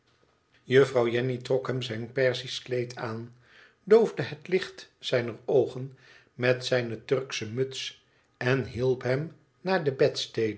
juffrouw jenny trok hem zijn perzisch kleed aan doofde het licht zijner oogen met zijne turksche muts en hielp hem naar de